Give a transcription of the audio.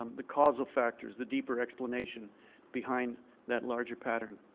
um the causal factors, the deeper explanation behind that larger pattern.